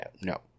No